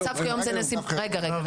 המצב כיום הוא נסיבות מיוחדות?